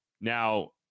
Now